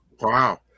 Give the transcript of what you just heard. Wow